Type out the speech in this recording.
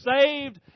saved